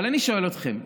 אבל אני שואל אתכם,